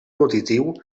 nutritiu